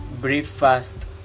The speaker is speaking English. breakfast